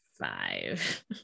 five